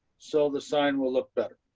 so the sign will look better.